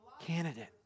candidate